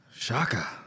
Shaka